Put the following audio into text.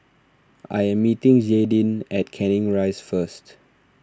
I am meeting Jaydin at Canning Rise first